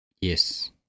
Yes